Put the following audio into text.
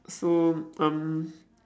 so um